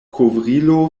kovrilo